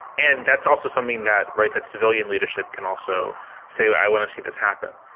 and that's also something that. right, that civilian leadership can also say what i want to see this happen.